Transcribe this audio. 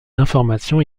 d’information